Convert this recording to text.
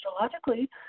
astrologically